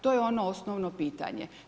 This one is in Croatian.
To je ono osnovno pitanje.